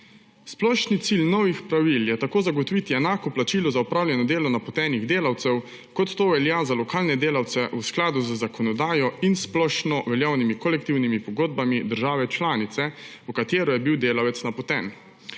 Splošni cilj novih pravil je tako zagotoviti enako plačilo za opravljeno delo napotenih delavcev, kot to velja za lokalne delavce v skladu z zakonodajo in splošnoveljavnimi kolektivnimi pogodbami države članice, v katero je bil delavec napoten;